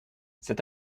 cet